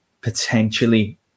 potentially